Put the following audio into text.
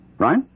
Right